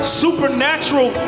supernatural